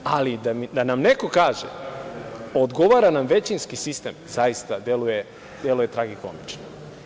Ali, da nam neko kaže - odgovara nam većinski sistem, zaista deluje tragikomično.